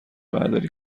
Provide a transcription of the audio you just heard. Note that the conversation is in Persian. برداری